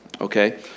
Okay